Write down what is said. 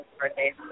birthday